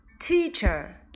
Teacher